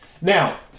Now